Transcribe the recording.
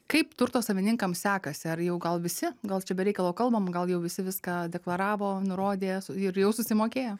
kaip turto savininkam sekasi ar jau gal visi gal čia be reikalo kalbam gal jau visi viską deklaravo nurodė su ir jau susimokėjo